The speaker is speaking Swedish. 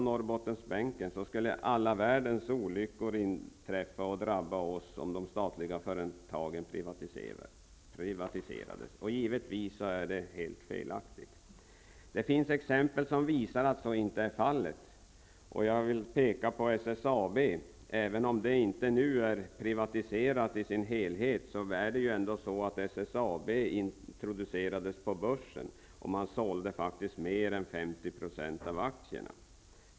Norrbottensbänken skulle alla världens olyckor inträffa och drabba oss om de statliga företagen privatiserades. Givetvis är det ett helt felaktigt antagande. Det finns nämligen exempel på att så inte är fallet. Jag vill peka på SSAB. Även om SSAB nu inte är privatiserat i sin helhet har det ändå introducerats på börsen. Mer än 50 % av aktierna såldes faktiskt.